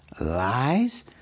lies